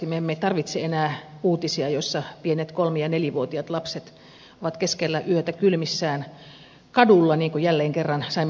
me emme tarvitse enää uutisia joissa pienet kolmi ja nelivuotiaat lapset ovat keskellä yötä kylmissään kadulla niin kuin jälleen kerran saimme lehdestä lukea